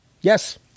yes